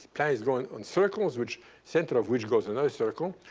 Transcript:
planet is going on circles, which center of which goes another circle.